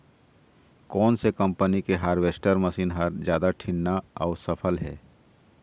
कोन से कम्पनी के हारवेस्टर मशीन हर जादा ठीन्ना अऊ सफल हे?